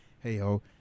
hey-ho